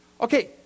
Okay